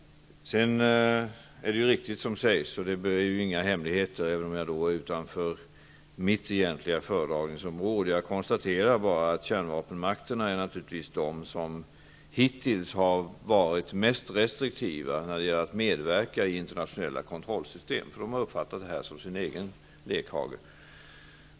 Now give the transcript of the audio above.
Det som sägs är riktigt, och det är inga hemligheter, även om jag då är utanför mitt egentliga föredragningsområde. Jag konstaterar bara att kärnvapenmakterna naturligtvis är de som hittills har varit mest restriktiva när det gällt att medverka i internationella kontrollsystem. De har uppfattat detta som sin egen lekhage.